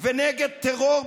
ונגד טרור,